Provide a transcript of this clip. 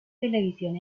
televisión